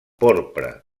porpra